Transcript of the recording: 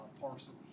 parcel